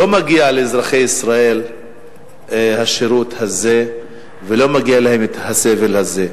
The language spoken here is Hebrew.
לא מגיע לאזרחי ישראל השירות הזה ולא מגיע להם הסבל הזה.